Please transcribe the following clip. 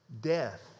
death